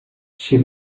she